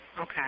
Okay